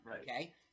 okay